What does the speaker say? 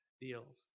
deals